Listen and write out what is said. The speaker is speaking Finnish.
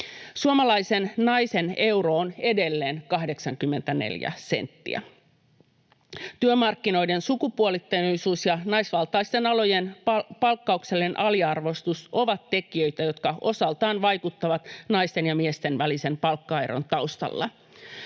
Suomalaisen naisen euro on edelleen 84 senttiä. Työmarkkinoiden sukupuolittuneisuus ja naisvaltaisten alojen palkkauksellinen aliarvostus ovat tekijöitä, jotka osaltaan vaikuttavat naisten ja miesten välisen palkkaeron taustalla.